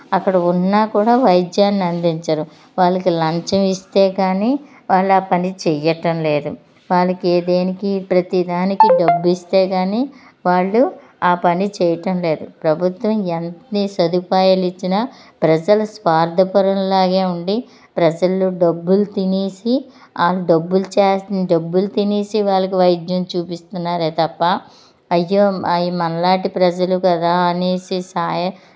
అక్కడ ఉన్నా కూడా వైద్యాన్ని అందించరు వాళ్ళకి లంచం ఇస్తే కానీ వాళ్ళు ఆ పని చెయ్యటం లేదు వాళ్ళకి దేనికి ప్రతిదానికి డబ్బిస్తే కానీ వాళ్ళు ఆ పని చేయటం లేదు ప్రభుత్వం ఎంతనీ సదుపాయాలు ఇచ్చినా ప్రజలు స్వార్థపరుల్లాగే ఉండి ప్రజలు డబ్బులు తినేసి ఆ డబ్బులు చేయాల్సిన డబ్బులు తినేసి వాళ్ళకు వైద్యం చూపిస్తున్నారే తప్ప అయ్యో అయి మనలాంటి ప్రజలు కదా అనేసి సహాయం